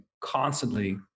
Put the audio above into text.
constantly